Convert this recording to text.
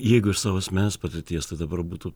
jeigu iš savo asmeninės patirties tai dabar būtų